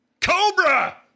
Cobra